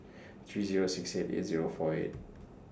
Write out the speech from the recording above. three Zero six eight eight Zero four eight